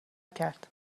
کرد